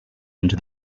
into